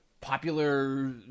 popular